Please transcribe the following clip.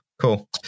cool